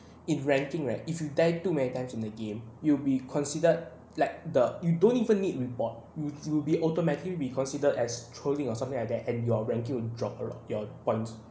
in ranking right if you die too many times in the game you'll be considered like the you don't even need report you'll you will be automatically be considered as trolling or something like that and your ranking dropped along your point